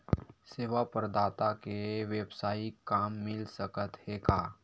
सेवा प्रदाता के वेवसायिक काम मिल सकत हे का?